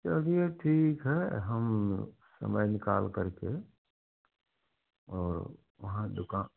चलिए ठीक है हम समय निकालकर के और वहाँ दुका